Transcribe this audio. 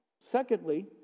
Secondly